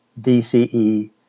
DCE